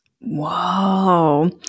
whoa